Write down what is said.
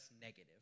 negative